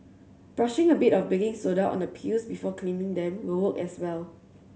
brushing a bit of baking soda on the peels before cleaning them will work as well